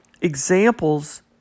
examples